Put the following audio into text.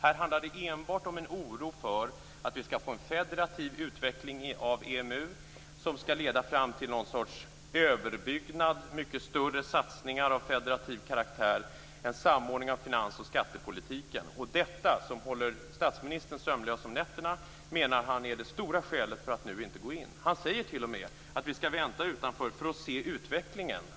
Här handlar det enbart om en oro för att vi skall få en federativ utveckling av EMU som skall leda fram till någon sorts överbyggnad, mycket större satsningar av federativ karaktär och en samordning av finans och skattepolitiken. Detta, som håller statsministern sömnlös om nätterna, menar han är det stora skälet till att Sverige nu inte går in. Han säger t.o.m. att Sverige skall vänta utanför för att se utvecklingen.